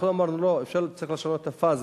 אנחנו אמרנו: לא, צריך לשנות את הפאזה.